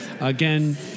Again